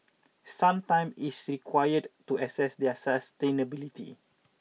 some time is required to assess their sustainability